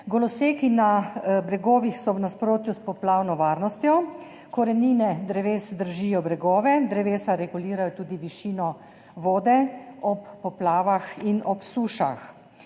goloseki na bregovih so v nasprotju s poplavno varnostjo, korenine dreves držijo bregove, drevesa regulirajo tudi višino vode ob poplavah in ob sušah.